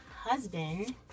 husband